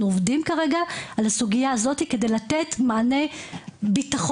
אנחנו עובדים כרגע על הסוגייה הזאתי כדי לתת מענה ביטחון,